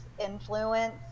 influence